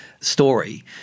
story